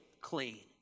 clean